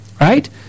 right